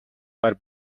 but